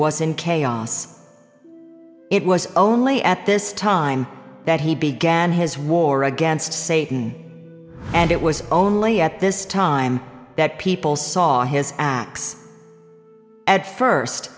in chaos it was only at this time that he began his war against satan and it was only at this time that people saw his acts at first